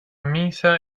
misa